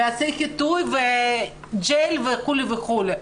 יעשה חיטוי וג'ל וכו' וכו',